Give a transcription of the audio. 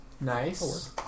Nice